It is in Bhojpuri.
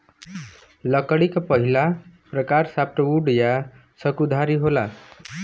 लकड़ी क पहिला प्रकार सॉफ्टवुड या सकुधारी होला